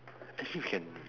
actually you can